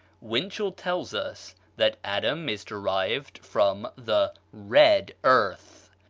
winchell tells us that adam is derived from the red earth.